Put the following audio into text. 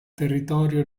territorio